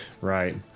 Right